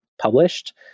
published